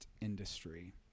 industry